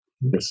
yes